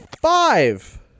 Five